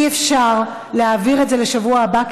אי-אפשר להעביר את זה לשבוע הבא,